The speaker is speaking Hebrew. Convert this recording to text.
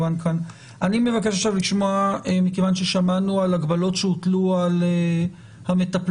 כיוון ששמענו על ההגבלות שהוטלו על המטפלות